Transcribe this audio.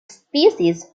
species